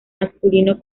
masculino